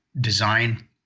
design